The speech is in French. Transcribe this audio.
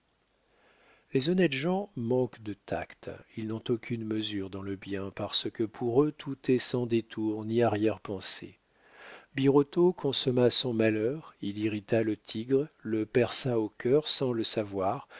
les honnêtes gens manquent de tact ils n'ont aucune mesure dans le bien parce que pour eux tout est sans détour ni arrière-pensée birotteau consomma son malheur il irrita le tigre le perça au cœur sans le savoir